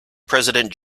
president